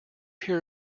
hear